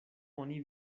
oni